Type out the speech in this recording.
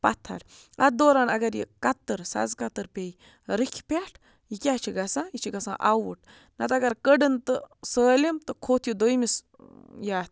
پَتھر اَتھ دوران اَگر یہِ کَتٕر سَزٕ کَتٕر پے رٕکھِ پٮ۪ٹھ یہِ کیٛاہ چھِ گژھان یہِ چھِ گژھان آوُٹ نَتہٕ اَگر کٔڑٕن تہٕ سٲلِم تہٕ کھوٚت یہِ دٔیمِس یَتھ